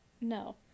No